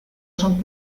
son